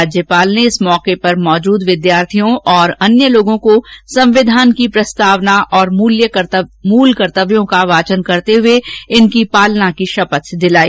राज्यपाल ने इस मौके पर उपस्थित विद्यार्थियों और अन्य लोगों को संविधान की प्रस्तावना एवं मूल कर्तव्यों का वाचन करते हुए इसकी पालना की शपथ दिलाई